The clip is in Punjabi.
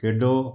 ਖੇਡੋ